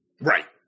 Right